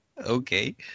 Okay